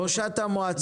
ראשת המועצה,